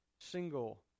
single